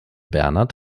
bernard